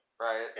Right